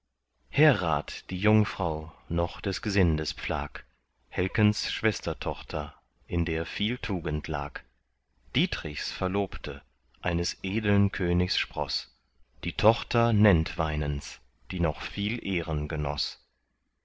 herrat die jungfrau noch des gesindes pflag helkens schwestertochter in der viel tugend lag dietrichs verlobte eines edeln königs sproß die tochter nentweinens die noch viel ehren genoß